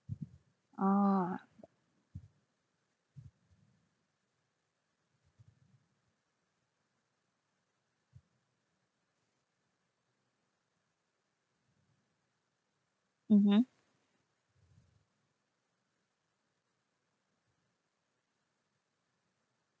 ah mmhmm